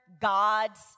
gods